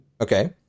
Okay